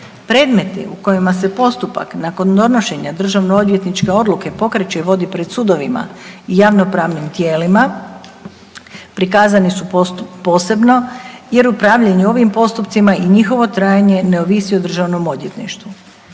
Predmeti u kojima se postupak nakon donošenja državnoodvjetničke odluke pokreće i vodi pred sudovima i javnopravnim tijelima, prikazani su posebno jer upravljanje ovim postupcima i njihovo trajanje ne ovisi o državnom odvjetništvu.